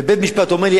ובית-משפט אומר לי,